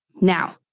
Now